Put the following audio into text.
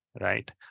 right